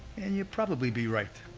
and you'd probably be right.